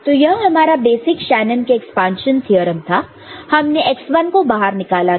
तो यह हमारा बेसिक शेनन के एक्सपांशन थ्योरम था हमने x1 को बाहर निकाला था